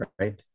right